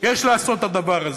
יש לעשות את הדבר הזה.